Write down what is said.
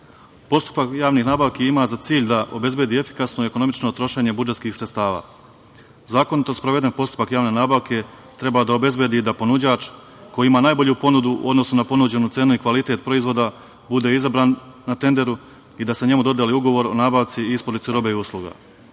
funkcije. Postupak javnih nabavki ima za cilj da obezbedi efikasno i ekonomično trošenje budžetskih sredstava. Zakonito sproveden postupak javne nabavke treba da obezbedi i da ponuđač koji ima najbolju ponudu u odnosu na ponuđenu cenu i kvalitet proizvoda bude izabran na tenderu i da se njemu dodeli ugovor o nabavci isporuke robe i usluga. Sistem